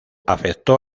afectó